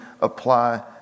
apply